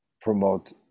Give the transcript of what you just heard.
promote